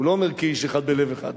הוא לא אומר "כאיש אחד בלב אחד",